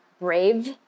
brave